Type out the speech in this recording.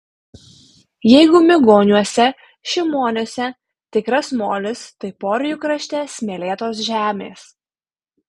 jeigu migoniuose šimoniuose tikras molis tai porijų krašte smėlėtos žemės